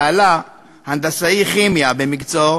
בעלה, הנדסאי כימיה במקצועו,